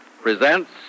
presents